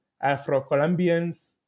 afro-colombians